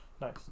Nice